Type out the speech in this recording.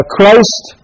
Christ